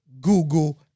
Google